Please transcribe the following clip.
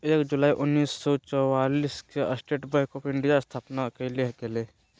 एक जुलाई उन्नीस सौ चौआलिस के स्टेट बैंक आफ़ इंडिया के स्थापना कइल गेलय